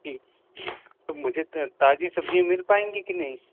जी तो मुझे ताज़ी सब्ज़ियाँ मिल पाएंगे कि नहीं